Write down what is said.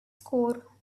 score